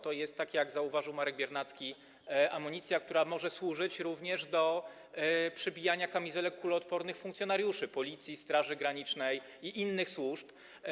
To jest, tak jak zauważył Marek Biernacki, amunicja, która może służyć również do przebijania kamizelek kuloodpornych funkcjonariuszy Policji, Straży Granicznej i innych służb.